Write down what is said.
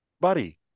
buddy